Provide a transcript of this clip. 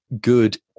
good